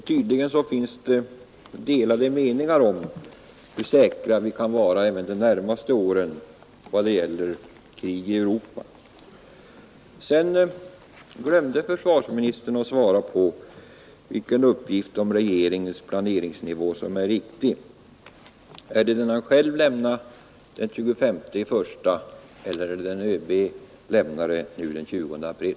Tydligen finns det delade meningar om hur säkra vi kan vara även de närmaste åren i vad det gäller krig i Europa. Vidare glömde försvarsministern att svara på frågan vilken uppgift om regeringens planeringsnivå som är riktig. Är det den uppgift han själv lämnade den 25 januari eller den som ÖB lämnade den 20 april?